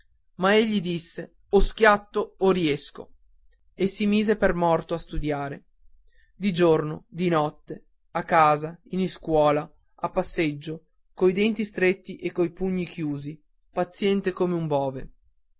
ma egli disse o schiatto o riesco e si mise per morto a studiare di giorno di notte a casa in iscuola a passeggio coi denti stretti e coi pugni chiusi paziente come un bove